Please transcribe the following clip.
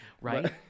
right